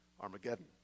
Armageddon